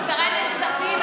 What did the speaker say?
עשרה נרצחים,